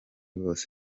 bose